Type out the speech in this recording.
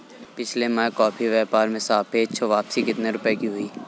पिछले माह कॉफी व्यापार में सापेक्ष वापसी कितने रुपए की हुई?